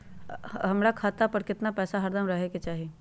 हमरा खाता पर केतना पैसा हरदम रहे के चाहि?